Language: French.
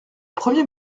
premier